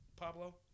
Pablo